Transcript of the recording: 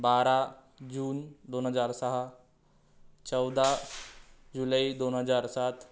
बारा जून दोन हजार सहा चौदा जुलै दोन हजार सात